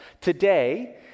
Today